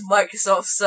Microsoft